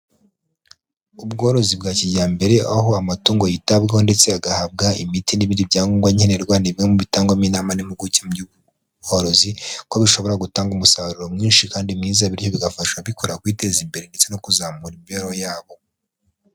Ubworozi bwa kijyambere aho amatungo yitabwaho ndetse agahabwa imiti n'ibindi byangombwa nkenerwa nibimwe bitangwa n'inama n'impuguke mu by 'ubworozi kuko bishobora gutanga umusaruro mwinshi kandi mwiza bityo bigafasha aba bikora mu kwiteza imbere ndetse no kuzamura imibereho yabo.